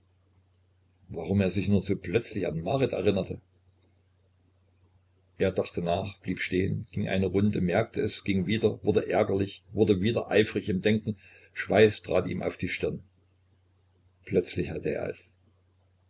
warum er sich nur so plötzlich an marit erinnerte er dachte nach blieb stehen ging in die runde merkte es ging wieder wurde ärgerlich wurde wieder eifriger im denken schweiß trat ihm auf die stirn plötzlich hatte er es